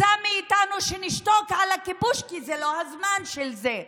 רוצות מאיתנו שנשתוק על הכיבוש כי זה לא הזמן לזה.